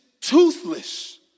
toothless